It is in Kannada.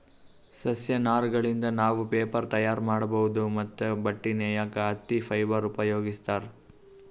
ಸಸ್ಯ ನಾರಗಳಿಂದ್ ನಾವ್ ಪೇಪರ್ ತಯಾರ್ ಮಾಡ್ಬಹುದ್ ಮತ್ತ್ ಬಟ್ಟಿ ನೇಯಕ್ ಹತ್ತಿ ಫೈಬರ್ ಉಪಯೋಗಿಸ್ತಾರ್